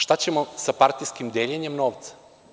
Šta ćemo sa partijskim deljenjem novca?